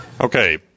Okay